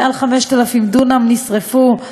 מעל 5,000 דונם נשרפו.